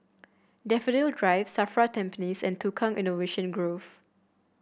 Daffodil Drive Safra Tampines and Tukang Innovation Grove